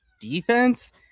defense